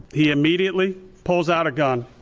he immediately pulls out a gun.